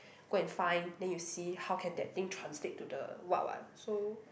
go and find then you see how can the thing translate to the what what so